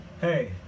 Hey